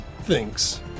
thinks